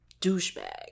douchebag